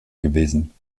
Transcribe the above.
gewesen